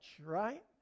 right